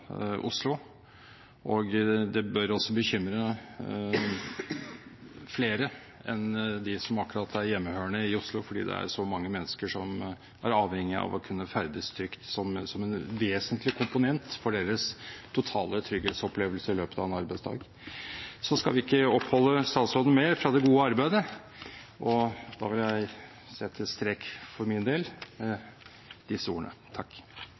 Oslo. Det bør også bekymre flere enn dem som er hjemmehørende i Oslo, fordi det er så mange mennesker som er avhengige av å kunne ferdes trygt som en vesentlig komponent i deres totale trygghetsopplevelse i løpet av en arbeidsdag. Så skal jeg ikke oppholde statsråden mer fra det gode arbeidet, men sette strek for min del med disse ordene.